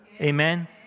Amen